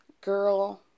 girl